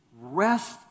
rest